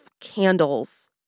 candles